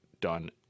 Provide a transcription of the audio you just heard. done